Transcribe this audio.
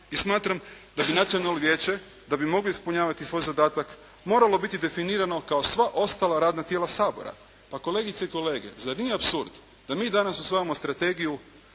i smatram da bi Nacionalno vijeće, da bi moglo ispunjavati svoj zadatak, moralo biti definirano kao sva ostala radna tijela Sabora. Pa kolegice i kolege, zar nije apsurd da mi danas usvajamo Strategiju